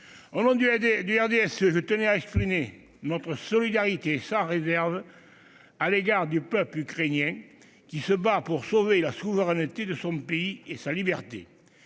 Au nom du RDSE, je tenais à exprimer notre solidarité sans réserve à l'égard du peuple ukrainien, qui se bat pour sauver la souveraineté de son pays et sa liberté.